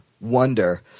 wonder